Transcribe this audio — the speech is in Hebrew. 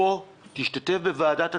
בוא, תשתתף בוועדת הכספים,